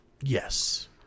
Yes